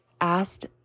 asked